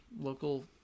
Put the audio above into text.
local